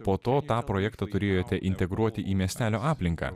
po to tą projektą turėjote integruoti į miestelio aplinką